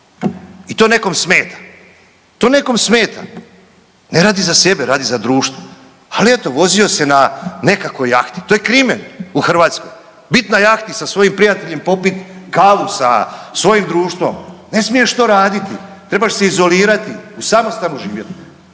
I to nekom smeta, to nekom smeta. Ne radi za sebe, radi za društvo. Ali eto vozio se na nekakvoj jahti. To je krimen u Hrvatskoj, bit na jahti sa svojim prijateljem i popit kavu sa svojim društvom, ne smiješ to raditi, trebaš se izolirati, u samostanu živjeti.